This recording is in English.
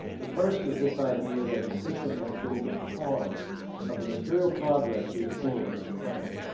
the first is this idea that the system has been the cause of the material progress we have seen on this planet.